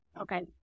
Okay